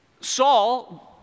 Saul